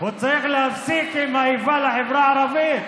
הוא צריך להפסיק עם האיבה לחברה הערבית.